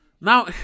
Now